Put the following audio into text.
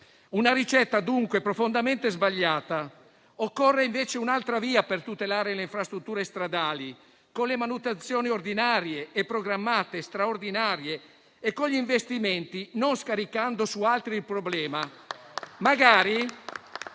una ricetta profondamente sbagliata. Occorre invece un'altra via per tutelare le infrastrutture stradali, ricorrendo cioè alle manutenzioni ordinarie, programmate e straordinarie e agli investimenti, non scaricando su altri il problema